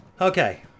okay